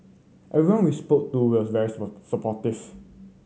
everyone we spoke to was very supportive